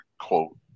quote